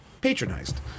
patronized